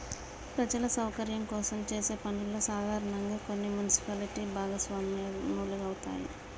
ప్రజల సౌకర్యం కోసం చేసే పనుల్లో సాధారనంగా కొన్ని మున్సిపాలిటీలు భాగస్వాములవుతాయి